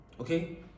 okay